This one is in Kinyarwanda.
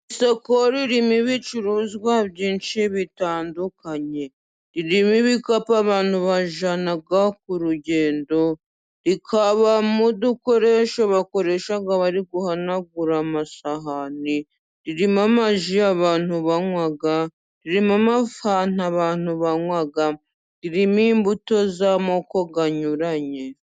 Isoko ririmo ibicuruzwa byinshi bitandukanye, harimo ibikapu abantu bajyana ku rugendo, rikabamo udukoresho bakoresha bari guhanagura amasahani, ririmo amaji abantu banywa, ririmo amafanta abantu banywan ririmo imbuto z'amoko anyuranye.